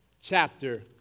chapter